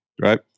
right